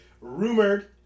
rumored